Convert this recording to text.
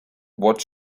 what